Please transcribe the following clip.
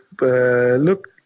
look